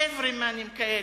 חבר'המנים כאלה,